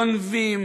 גונבים,